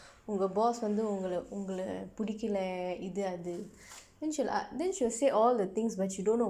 உங்க:ungka boss வந்து உங்கள பிடிக்கல இது அது:vandtu ungkala pidikkala ithu athu then she'll ask she'll say all the things when she don't know